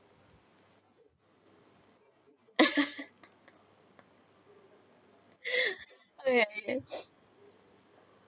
okay